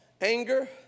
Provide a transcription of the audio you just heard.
anger